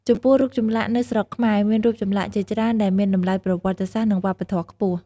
ចំពោះរូបចម្លាក់នៅស្រុកខ្មែរ មានរូបចម្លាក់ជាច្រើនដែលមានតម្លៃប្រវត្តិសាស្ត្រ និងវប្បធម៌ខ្ពស់។